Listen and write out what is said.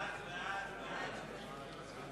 הודעת הממשלה